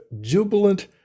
jubilant